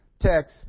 text